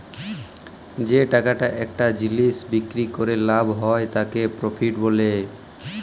যে টাকাটা একটা জিলিস বিক্রি ক্যরে লাভ হ্যয় তাকে প্রফিট ব্যলে